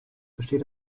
besteht